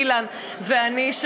אילן ואני,